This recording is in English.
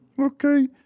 okay